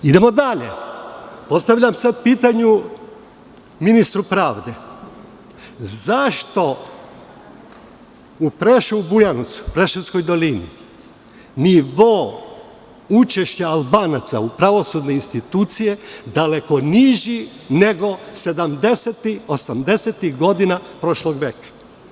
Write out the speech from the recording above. Idemo dalje, postavljam sad pitanje ministru pravde – Zašto u Preševu, Bujanovcu, Preševskoj dolini nivo učešća Albanaca u pravosudnim institucijama je bila daleko niža nego 70-ih, 80-ih godina prošlog veka?